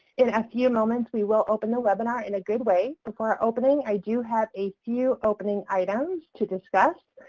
in a few moments, we will open the webinar in a good way. before opening, i do have a few opening items to discuss.